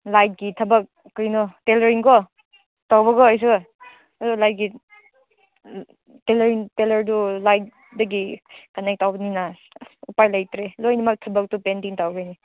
ꯂꯥꯏꯒꯤ ꯊꯕꯛ ꯀꯔꯤꯅꯣ ꯇꯦꯜꯂꯔꯤꯡꯀꯣ ꯇꯧꯕꯀꯣ ꯑꯩꯁꯨ ꯑꯗꯨ ꯂꯥꯏꯠꯀꯤ ꯇꯦꯜꯂꯔꯤꯡ ꯇꯦꯂꯔꯗꯣ ꯂꯥꯏꯠꯇꯒꯤ ꯀꯅꯦꯛ ꯇꯧꯕꯅꯤꯅ ꯎꯄꯥꯏ ꯂꯩꯇ꯭ꯔꯦ ꯂꯣꯏꯅꯃꯛ ꯊꯕꯛꯇꯣ ꯄꯦꯟꯗꯤꯡ ꯇꯧꯔꯦꯅꯦ